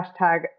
hashtag